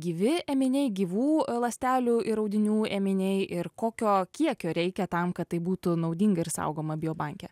gyvi ėminiai gyvų ląstelių ir audinių ėminiai ir kokio kiekio reikia tam kad tai būtų naudinga ir saugoma bio banke